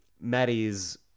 Maddie's